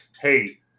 hey